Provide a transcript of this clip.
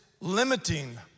limiting